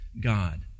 God